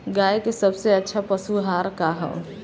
गाय के सबसे अच्छा पशु आहार का ह?